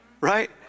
right